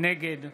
נגד